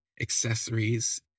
accessories